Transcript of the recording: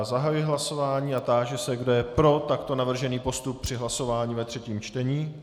Zahajuji hlasování a táži se, kdo je pro takto navržený postup při hlasování ve třetím čtení.